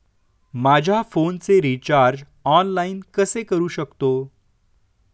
माझ्या फोनचे recharge online कसे करू शकतो?